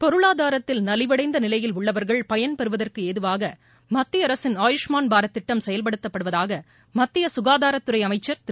பொருளாதாரத்தில் நலிவடைந்த நிலையில் உள்ளவர்கள் பயன்பெறுவதற்கு ஏதுவாக மத்திய அரசின் ஆயுஷ்மான் பாரத் திட்டம் செயல்படுத்தப்படுவதாக மத்திய சுகாதாரத்துறை அமைச்சர் திரு